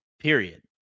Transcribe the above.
period